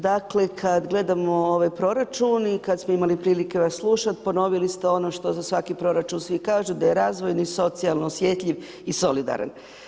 Dakle, kad gledamo ovaj proračun i kad smo imali prilike vas slušat, ponovili ste ono što za svaki proračun svi kažu da je razvojni, socijalno osjetljiv i solidaran.